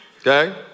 Okay